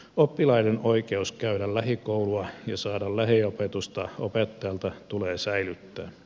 oppilaiden oikeus käydä lähikoulua ja saada lähiopetusta opettajalta tulee säilyttää